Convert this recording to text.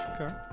Okay